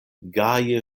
gaje